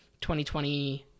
2020